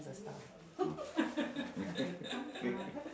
don't don't don't cut off the phone put on the table the phone right